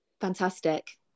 fantastic